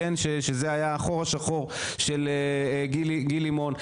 שזה היה החור השחור של גיל לימון,